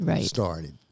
started